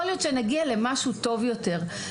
יכול להיות שנגיע למשהו טוב יותר.